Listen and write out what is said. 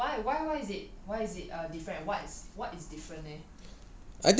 wai~ wai~ wait why why why is it why is it uh different what is different eh